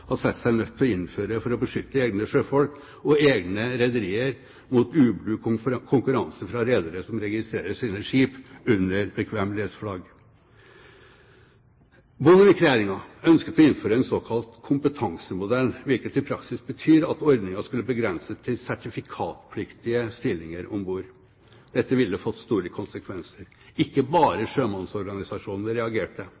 seg nødt til å innføre for å beskytte egne sjøfolk og egne rederier mot ublu konkurranse fra redere som registrerer sine skip under bekvemmelighetsflagg. Bondevik-regjeringen ønsket å innføre en såkalt kompetansemodell, hvilket i praksis betyr at ordningen skulle begrenses til sertifikatpliktige stillinger om bord. Dette ville fått store konsekvenser. Ikke